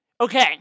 Okay